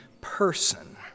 person